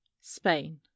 Spain